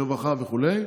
ברווחה וכו'.